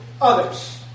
others